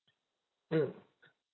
mm